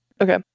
Okay